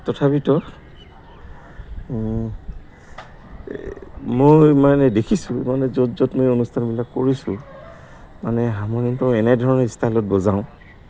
তথাপিতো মই মানে দেখিছোঁ মানে য'ত য'ত মই অনুষ্ঠানবিলাক কৰিছোঁ মানে এনেধৰণৰ ষ্টাইলত বজাওঁ